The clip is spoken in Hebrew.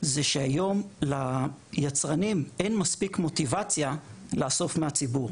זה שהיום ליצרנים אין מספיק מוטיבציה לאסוף מהציבור.